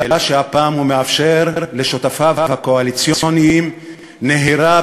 אלא שהפעם הוא מאפשר לשותפיו הקואליציוניים נהירה